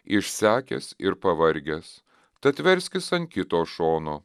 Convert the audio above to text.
išsekęs ir pavargęs tad verskis ant kito šono